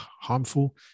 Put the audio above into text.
harmful